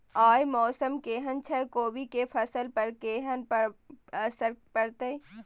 आय मौसम केहन छै कोबी के फसल पर केहन असर परतै?